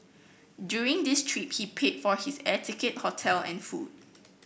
during this trip he paid for his air ticket hotel and food